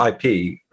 IP